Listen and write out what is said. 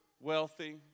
wealthy